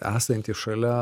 esantį šalia